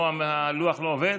הלוח לא עובד?